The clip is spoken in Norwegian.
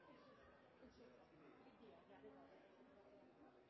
jeg synes det er veldig svakt at det